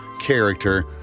character